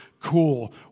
cool